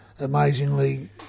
amazingly